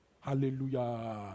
Hallelujah